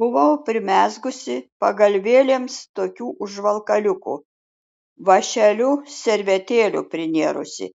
buvau primezgusi pagalvėms tokių užvalkaliukų vąšeliu servetėlių prinėrusi